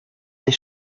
ses